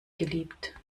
geliebt